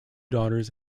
daughters